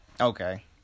okay